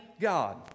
God